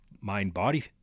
mind-body